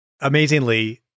Amazingly